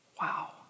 Wow